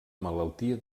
malaltia